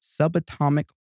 subatomic